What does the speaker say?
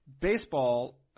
baseball